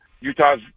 Utah's